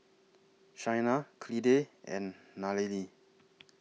Chynna Clide and Nallely